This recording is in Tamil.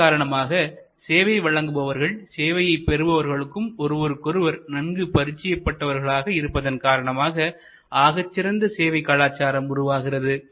இதன் காரணமாக சேவை வழங்குபவர்கள் சேவையை பெறுபவர்களும் ஒருவருக்கு ஒருவர் நன்கு பரிட்சையபட்டவர்களாக இருப்பதன் காரணமாக ஆகச் சிறந்த சேவை கலாச்சாரம் உருவாகிறது